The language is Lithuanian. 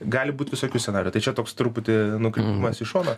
gali būt visokių scenarijų tai čia toks truputį nukrypimas į šoną